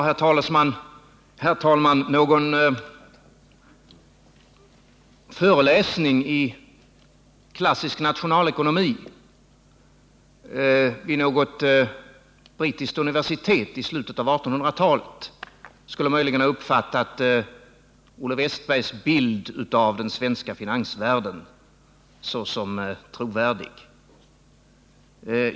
Herr talman! Vid en föreläsning i klassisk nationalekonomi i något brittiskt universitet i slutet av 1800-talet skulle man möjligen ha kunnat uppfatta Olle Wästbergs bild av den svenska finansvärlden såsom trovärdig.